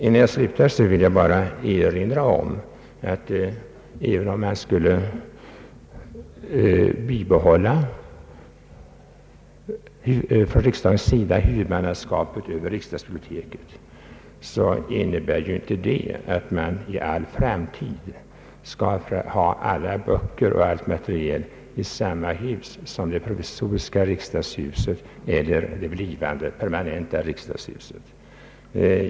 Innan jag slutar vill jag erinra om att även om man från riksdagens sida skulle behålla huvudmannaskapet över riksdagsbiblioteket, så innebär ju inte detta att man för all framtid skall ha alla böcker och allt material i det provisoriska riksdagshuset eller i det blivande permanenta riksdagshuset.